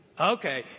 Okay